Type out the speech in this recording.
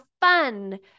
fun